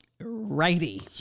Righty